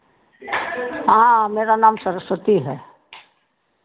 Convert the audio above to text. हाँ मेरा नाम सरस्वती है